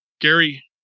Gary